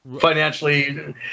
financially